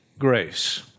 grace